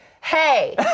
hey